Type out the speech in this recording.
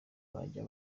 bajya